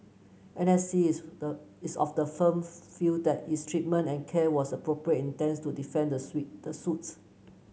N S C is the is of the firm view that its treatment and care was appropriate and intends to defend the suite the suit